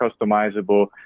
customizable